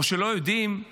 או שלא יודעים,